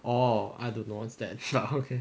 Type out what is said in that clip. oh I don't know what's that but okay